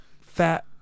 fat